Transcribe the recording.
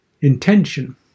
Intention